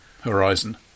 horizon